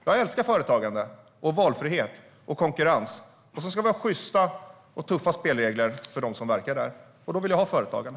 Jag älskar företagande, valfrihet och konkurrens. Vi ska ha sjysta och tuffa spelregler för dem som verkar där, och då vill jag ha företagande.